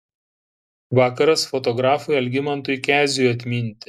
vakaras fotografui algimantui keziui atminti